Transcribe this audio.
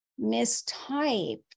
mistype